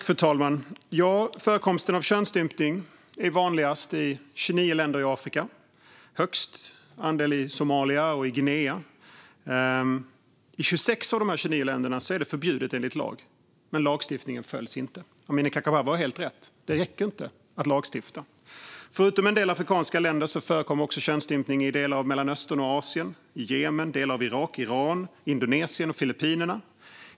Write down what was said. Fru talman! Förekomsten av könsstympning är vanligast i 29 länder i Afrika. Högst är andelen i Somalia och Guinea. I 26 av de 29 länderna är det förbjudet enligt lag, men lagstiftningen följs inte. Amineh Kakabaveh har helt rätt i att det inte räcker att lagstifta. Förutom i en del afrikanska länder förekommer också könsstympning i delar av Mellanöstern och Asien, i Jemen, i delar av Irak, i Iran, Indonesien och Filippinerna.